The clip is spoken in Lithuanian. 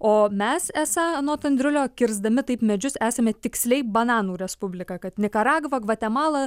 o mes esą anot andrulio kirsdami taip medžius esame tiksliai bananų respublika kad nikaragva gvatemala